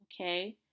okay